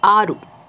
ಆರು